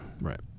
right